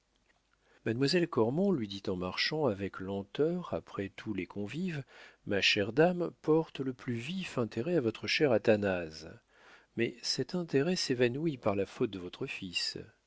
mademoiselle cormon lui dit-il en marchant avec lenteur après tous les convives ma chère dame porte le plus vif intérêt à votre cher athanase mais cet intérêt s'évanouit par la faute de votre fils